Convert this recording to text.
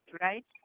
right